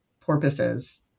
porpoises